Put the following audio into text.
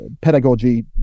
pedagogy